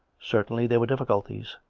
certainly there were difficulties,